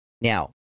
Now